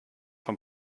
vom